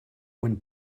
when